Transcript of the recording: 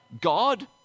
God